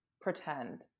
pretend